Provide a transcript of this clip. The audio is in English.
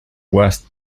worst